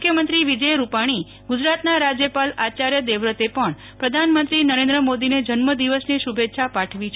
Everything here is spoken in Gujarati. મુખ્યમંત્રી વિજય રૂપાણી ગુજરાતનાં રાજ્યપાલ આચાર્ય દેવવ્રતે પણ મુખ્યમંત્રી નરેન્દ્ર મોદીને જન્મ દિવસની શુભેચ્છા પાઠવી છે